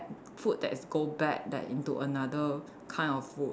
food that is go bad that into another kind of food